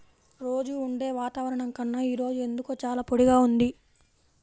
రోజూ ఉండే వాతావరణం కన్నా ఈ రోజు ఎందుకో చాలా పొడిగా ఉంది